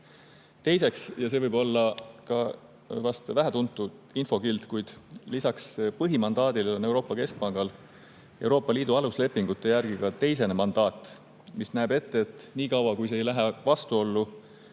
Teiseks, ja see võib olla ka vähetuntud infokild: lisaks põhimandaadile on Euroopa Keskpangal Euroopa Liidu aluslepingute järgi teisene mandaat, mis näeb ette, et niikaua, kui see ei lähe vastuollu